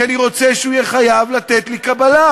כי אני רוצה שהוא יהיה חייב לתת לי קבלה,